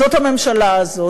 זאת הממשלה הזאת.